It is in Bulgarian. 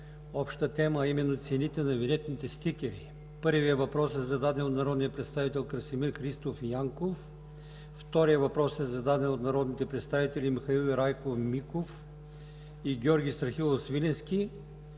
обща тема, а именно цените на винетните стикери. Първият въпрос е зададен от народния представител Красимир Христов Янков, вторият въпрос е зададен от народните представители Михаил Райков Миков и Георги Страхилов Свиленски,